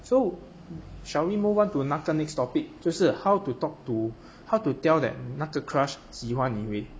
so shall we move on to 那个 next topic 就是 how to talk to how to tell that 那个 crush 喜欢你回